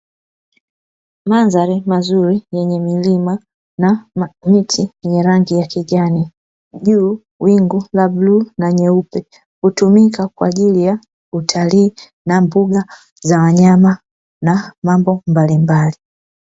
Mandhari mazuri yenye milima na miti yenye rangi ya kijani, juu wingu la bluu na nyeupe hutumika kwaajili ya utalii na mbuga za wanyama na mambo mbalimbali.